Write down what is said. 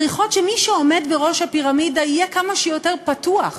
צריכות שמי שעומד בראש הפירמידה יהיה כמה שיותר פתוח,